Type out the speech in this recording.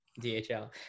DHL